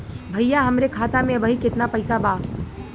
भईया हमरे खाता में अबहीं केतना पैसा बा?